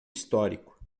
histórico